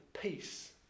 peace